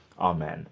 Amen